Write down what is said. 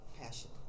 passion